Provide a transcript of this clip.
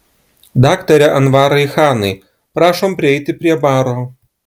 daktare anvarai chanai prašom prieiti prie baro